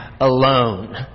alone